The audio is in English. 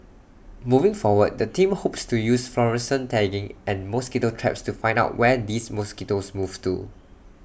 moving forward the team hopes to use fluorescent tagging and mosquito traps to find out where these mosquitoes move to